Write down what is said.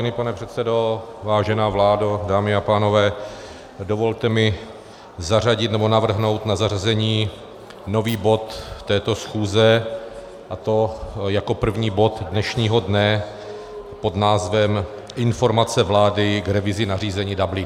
Vážený pane předsedo, vážená vládo, dámy a pánové, dovolte mi zařadit nebo navrhnout na zařazení nový bod této schůze, a to jako první bod dnešního dne pod názvem Informace vlády k revizi nařízení Dublinu.